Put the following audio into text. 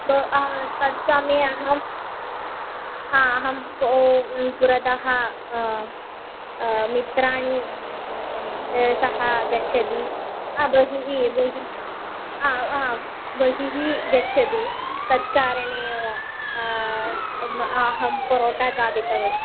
ब आ तत्समये अहं हा अहं ओ पुरतः मित्राणि सः गच्छति आ बहिः बहिः आ आ बहिः गच्छति तत्कारणेव अहं परोटा खादितवती